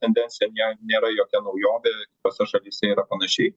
tendencija nė nėra jokia naujovė kitose šalyse yra panašiai